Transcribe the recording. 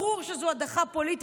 ברור שזו הדחה פוליטית,